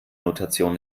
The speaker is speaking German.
notation